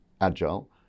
agile